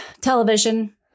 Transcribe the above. Television